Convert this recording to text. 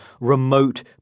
remote